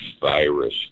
virus